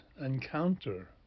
encounter